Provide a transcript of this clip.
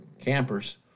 campers